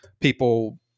people